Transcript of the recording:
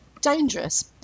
dangerous